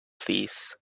please